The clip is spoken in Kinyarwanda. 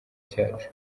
cyacu